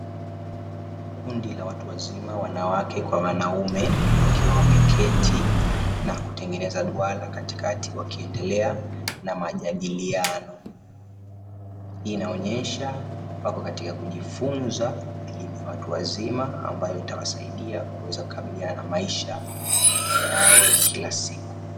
Kundi la watu wazima, wanawake na wanaume, wakiwa wameketi na kutengeneza duara katikati, wakiendelea na majadiliano; hii inaonyesha wapo katika kujifunza elimu ya watu wazima ambayo itawasaidia kuweza kukabiliana na maisha yao ya kila siku.